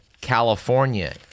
California